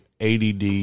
ADD